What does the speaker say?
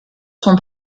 sont